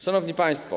Szanowni Państwo!